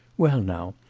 well, now,